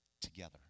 together